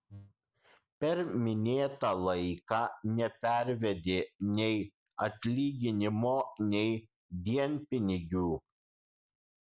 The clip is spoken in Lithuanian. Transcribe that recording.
per minėtą laiką nepervedė nei atlyginimo nei dienpinigių